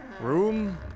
room